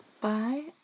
Bye